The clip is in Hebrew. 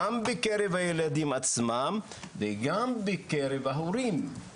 גם בקרב הילדים עצמם, וגם בקרב ההורים.